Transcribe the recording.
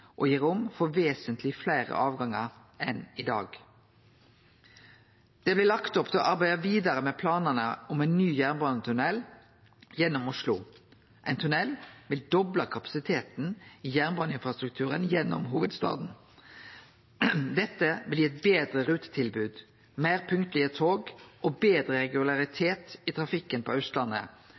og gi rom for vesentleg fleire avgangar enn i dag. Det blir lagt opp til å arbeide vidare med planane om ein ny jernbanetunnel gjennom Oslo. Ein tunnel vil doble kapasiteten i jernbaneinfrastrukturen gjennom hovudstaden. Dette vil gi eit betre rutetilbod, meir punktlege tog og betre regularitet i trafikken på Austlandet,